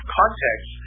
context